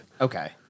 Okay